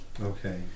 Okay